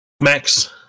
Max